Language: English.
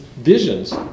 visions